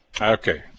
Okay